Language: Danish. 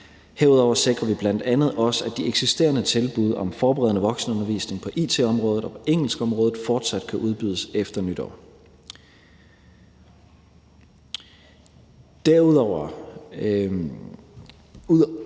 Herudover sikrer vi bl.a. også, at de eksisterende tilbud om forberedende voksenundervisning på it-området og på engelskområdet fortsat kan udbydes efter nytår.